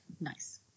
Nice